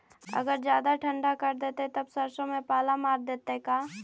अगर जादे ठंडा कर देतै तब सरसों में पाला मार देतै का?